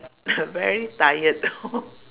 very tired